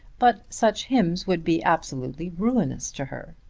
but such hymns would be absolutely ruinous to her.